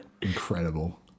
Incredible